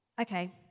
okay